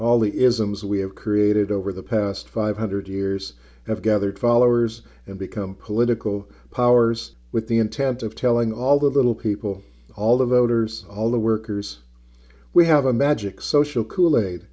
all the isms we have created over the past five hundred years have gathered followers and become political powers with the intent of telling all the little people all the voters all the workers we have a magic social kool aid